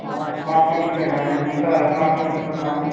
हाॅं स्मार्टफोन लेना है कौन सा स्मार्टफोन बताना